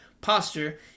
posture